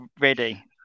ready